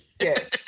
Yes